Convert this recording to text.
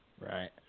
Right